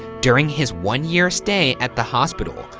during his one year stay at the hospital,